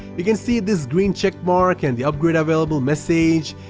you can see this green check mark and the upgrade available message.